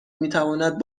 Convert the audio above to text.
میتواند